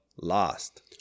lost